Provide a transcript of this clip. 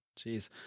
jeez